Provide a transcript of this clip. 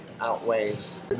outweighs